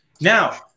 Now